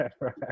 right